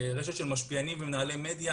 רשת של משפיענים ומנהלי מדיה